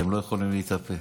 אתם לא יכולים להתאפק.